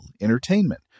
entertainment